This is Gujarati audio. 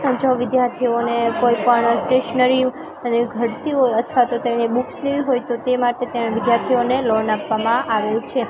જો વિદ્યાર્થીઓને કોઈ પણ સ્ટેશનરી અને ઘટતી હોય અથવા તેમને બુક્સ લેવી હોય તો તે માટે તેણે વિદ્યાર્થીઓને લોન આપવામાં આવે છે